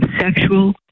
sexual